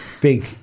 big